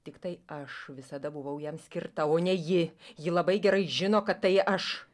tiktai aš visada buvau jam skirta o ne ji ji labai gerai žino kad tai aš